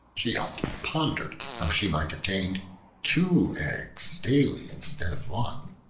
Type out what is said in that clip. she often pondered how she might obtain two eggs daily instead of one,